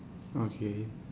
okay